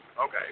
okay